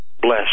bless